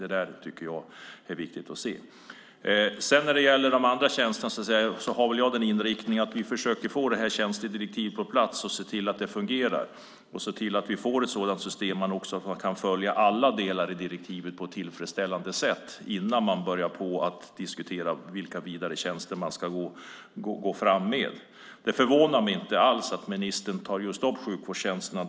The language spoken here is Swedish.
Det är viktigt att få svar på. När det gäller de andra tjänsterna är min inriktning att vi först försöker få tjänstedirektivet på plats och får det att fungera. Vi måste få ett system där vi kan följa alla delar i direktivet på ett tillfredsställande sätt innan vi börjar diskutera vilka vidare tjänster vi ska gå fram med. Det förvånar mig inte att ministern tar upp just sjukvårdstjänsterna.